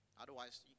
Otherwise